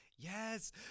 Yes